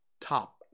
top